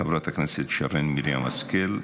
חברת הכנסת שרן מרים השכל,